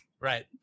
Right